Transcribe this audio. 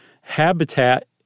habitat